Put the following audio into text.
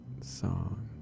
song